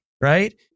right